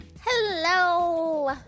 Hello